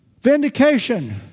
Vindication